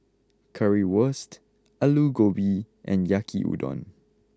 Currywurst Alu Gobi and Yaki udon